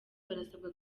barasabwa